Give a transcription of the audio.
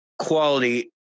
quality